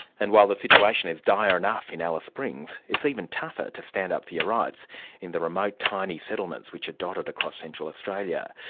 and while the situation is dire enough in alice springs, it's even tougher to stand up for your rights in the remote, tiny settlements which are dotted across central australia.